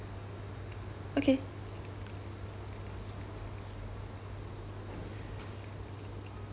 okay